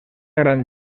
gran